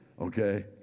Okay